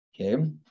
Okay